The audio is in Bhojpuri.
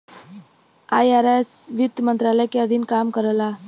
आई.आर.एस वित्त मंत्रालय के अधीन काम करला